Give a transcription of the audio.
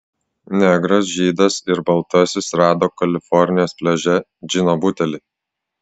negras žydas ir baltasis rado kalifornijos pliaže džino butelį